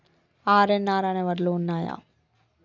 RNR అనే వడ్లు ఉన్నయా?